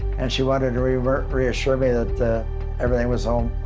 and she wanted to reassure ah reassure me that everything was home,